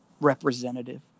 representative